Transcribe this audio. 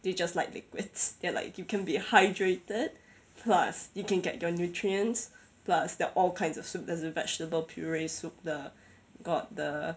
they just like liquids they're like you can be hydrated plus you can get your nutrients plus there are all kinds of soup there's a vegetable puree soup the got the